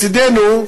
מצדנו,